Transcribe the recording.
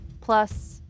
plus